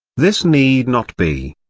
this need not be.